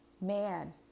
man